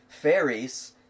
fairies